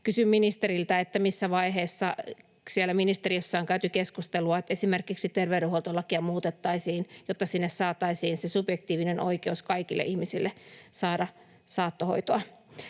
Kysyn ministeriltä: missä vaiheessa siellä ministeriössä on käyty keskustelua, että esimerkiksi terveydenhuoltolakia muutettaisiin, jotta sinne saataisiin se subjektiivinen oikeus kaikille ihmisille saada saattohoitoa?